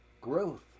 growth